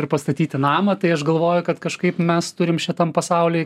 ir pastatyti namą tai aš galvoju kad kažkaip mes turim šitam pasauly